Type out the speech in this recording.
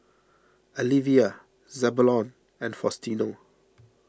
Alivia Zebulon and Faustino